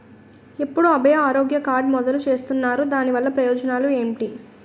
ఎప్పుడు అభయ ఆరోగ్య కార్డ్ మొదలు చేస్తున్నారు? దాని వల్ల ప్రయోజనాలు ఎంటి?